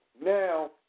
now